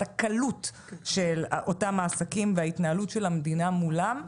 הקלות של אותם העסקים וההתנהלות של המדינה מולם.